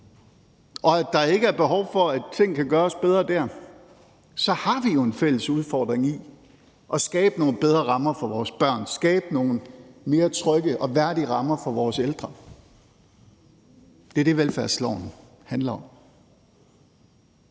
og at der ikke er behov for, at ting kan gøres bedre dér, så har vi jo en fælles udfordring i at skabe nogle bedre rammer for vores børn, skabe nogle mere trygge og værdige rammer for vores ældre. Det er det, velfærdsloven handler om.